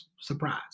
surprise